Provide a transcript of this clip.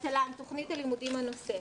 בתל"ן, תוכנית הלימודים הנוספת.